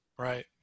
Right